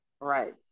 right